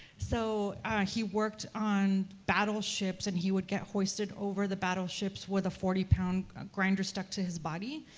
so he worked on battleships, and he would get hoisted over the battleships with a forty pound grinder stuck to his body,